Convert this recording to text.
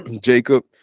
Jacob